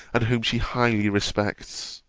and whom she highly respects?